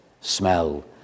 smell